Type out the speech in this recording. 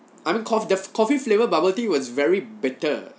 I mean coff~ the coffee flavored bubble tea was very bitter